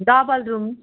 double room